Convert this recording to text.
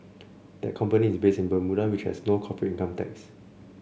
that company is based in Bermuda which has no corporate income tax